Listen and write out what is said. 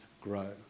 grow